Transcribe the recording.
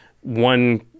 one